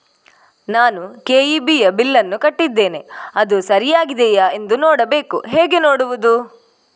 ನಾನು ಕೆ.ಇ.ಬಿ ಯ ಬಿಲ್ಲನ್ನು ಕಟ್ಟಿದ್ದೇನೆ, ಅದು ಸರಿಯಾಗಿದೆಯಾ ಎಂದು ನೋಡಬೇಕು ಹೇಗೆ ನೋಡುವುದು?